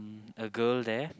um a girl there